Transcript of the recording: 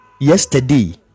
yesterday